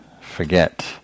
forget